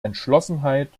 entschlossenheit